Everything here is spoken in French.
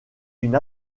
une